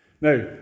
Now